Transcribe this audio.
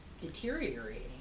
deteriorating